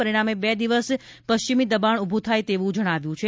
પરિણામે બે દિવસ પશ્ચિમી દબાણ ઉભું થાય તેવું જણાવ્યું છે